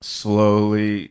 slowly